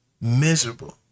miserable